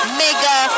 mega